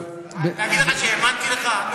להגיד לך שהאמנתי לך?